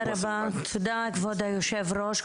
תודה כבוד היושב ראש,